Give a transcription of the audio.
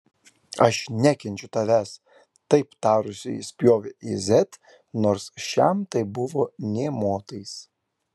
aš nekenčiu tavęs taip tarusi ji spjovė į z nors šiam tai buvo nė motais